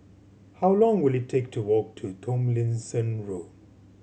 how long will it take to walk to Tomlinson Road